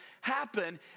happen